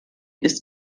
ist